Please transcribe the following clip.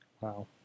wow